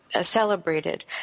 celebrated